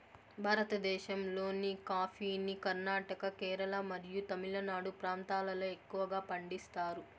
భారతదేశంలోని కాఫీని కర్ణాటక, కేరళ మరియు తమిళనాడు ప్రాంతాలలో ఎక్కువగా పండిస్తారు